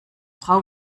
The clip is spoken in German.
frau